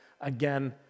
again